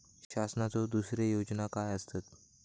शासनाचो दुसरे योजना काय आसतत?